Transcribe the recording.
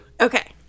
okay